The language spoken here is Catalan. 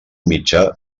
mitjà